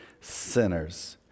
sinners